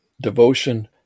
devotion